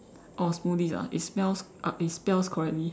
oh smoothies ah it smells uh it spells correctly